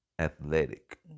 Athletic